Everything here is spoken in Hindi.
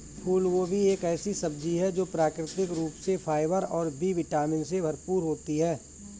फूलगोभी एक ऐसी सब्जी है जो प्राकृतिक रूप से फाइबर और बी विटामिन से भरपूर होती है